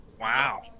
Wow